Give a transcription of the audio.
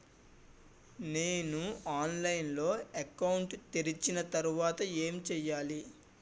నేను ఆన్లైన్ లో అకౌంట్ తెరిచిన తర్వాత ఏం చేయాలి?